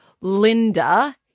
Linda